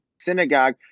synagogue